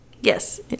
yes